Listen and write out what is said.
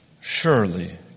Surely